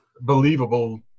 believable